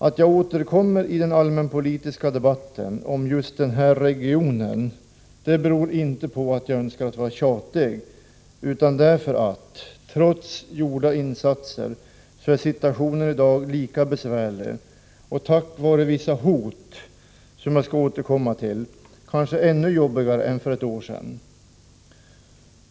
Att jag återkommer i den allmänpolitiska debatten och talar om just den här regionen beror inte på att jag önskar vara tjatig, utan det beror på att situationen där — trots gjorda insatser — är lika besvärlig i dag. På grund av vissa hot, som jag skall återkomma till, är situationen kanske ännu jobbigare i dag än den var för ett år sedan.